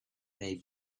may